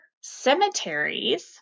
cemeteries